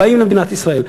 באים למדינת ישראל.